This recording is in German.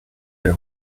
der